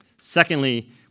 Secondly